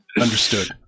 understood